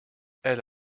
elle